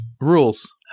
Rules